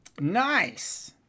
Nice